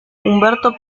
humberto